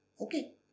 Okay